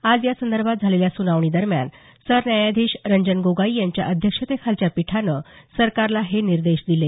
आज या संदर्भात झालेल्या सुनावणीदरम्यान सरन्यायाधीश रंजन गोगोई यांच्या अध्यक्षतेखालच्या पीठानं सरकारला हे निर्देश दिले